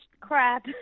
crap